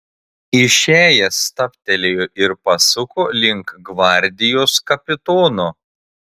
išėjęs stabtelėjo ir pasuko link gvardijos kapitono